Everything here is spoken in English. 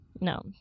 No